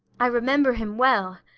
i remember him well,